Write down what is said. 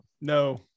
No